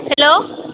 hello